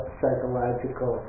psychological